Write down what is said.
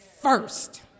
first